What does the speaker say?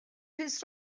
rhys